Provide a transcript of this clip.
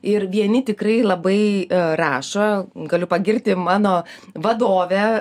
ir vieni tikrai labai rašo galiu pagirti mano vadovę